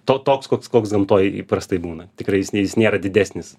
to koks koks gamtoj įprastai būna tikrai jis nė nėra didesnis